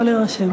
יכול להירשם.